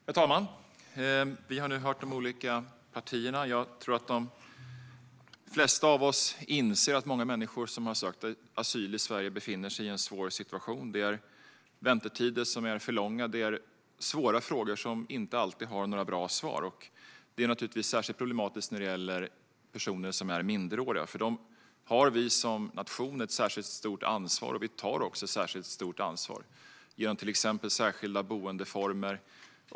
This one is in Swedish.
Herr talman! Vi har nu hört representanter från de olika partierna. De flesta av oss inser nog att många människor som sökt asyl i Sverige befinner sig i en svår situation med för långa väntetider. Det är svåra frågor som inte alltid har några bra svar. Det är naturligtvis särskilt problematiskt när det gäller personer som är minderåriga. För dem har vi som nation ett särskilt stort ansvar, och vi tar också ett särskilt stort ansvar genom till exempel särskilda boendeformer.